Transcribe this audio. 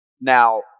Now